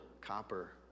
copper